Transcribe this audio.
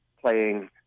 playing